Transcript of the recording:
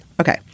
Okay